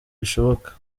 bishoboka